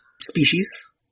Species